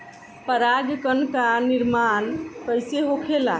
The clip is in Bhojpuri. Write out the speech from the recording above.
पराग कण क निर्माण कइसे होखेला?